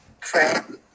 friend